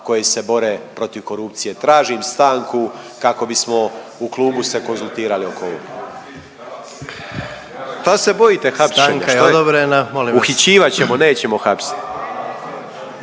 koje se bore protiv korupcije. Tražim stanku kako bismo u klubu se konzultirali oko ovoga. Što se bojite hapšenja, što?